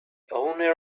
owner